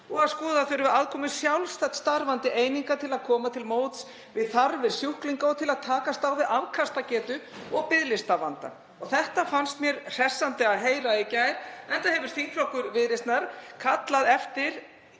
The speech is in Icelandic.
og að skoða þyrfti aðkomu sjálfstætt starfandi eininga til að koma til móts við þarfir sjúklinga og til að takast á við afkastagetu og biðlistavanda. Mér fannst hressandi að heyra þetta í gær enda hefur þingflokkur Viðreisnar allt þetta